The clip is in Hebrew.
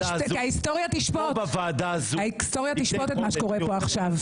ההיסטוריה תשפוט את מה שקורה פה עכשיו.